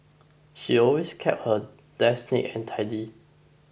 she always keeps her desk neat and tidy